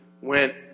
went